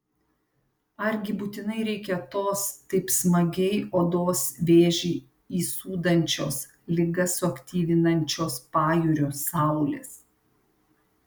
argi būtinai reikia tos taip smagiai odos vėžį įsūdančios ligas suaktyvinančios pajūrio saulės